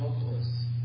helpless